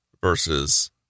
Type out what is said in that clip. versus